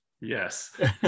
Yes